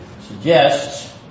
suggests